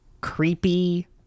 creepy